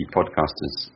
Podcasters